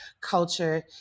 culture